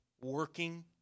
working